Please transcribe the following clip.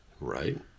Right